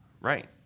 right